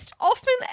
often